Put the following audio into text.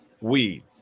weed